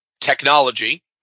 technology